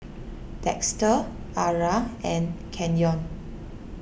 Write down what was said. Dexter Arah and Kenyon